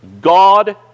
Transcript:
God